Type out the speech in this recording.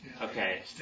okay